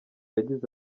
yagize